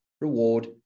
reward